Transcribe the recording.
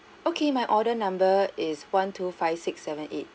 okay my order number is one two five six seven eight